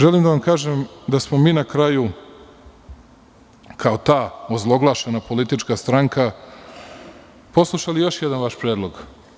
Želim da vam kažem da smo mi na kraju, kao ta ozloglašena politička stranka, poslušali još jedan vaš predlog.